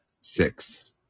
Six